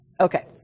Okay